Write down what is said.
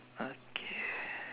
okay